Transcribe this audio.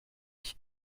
ich